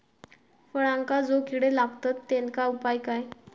फळांका जो किडे लागतत तेनका उपाय काय?